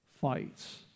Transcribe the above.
fights